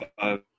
five